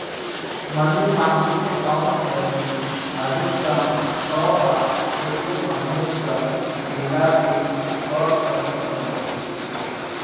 money market account स ती अधिकतम छह बार चेकेर माध्यम स निकासी कर सख छ